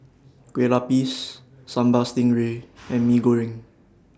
Kueh Lupis Sambal Stingray and Mee Goreng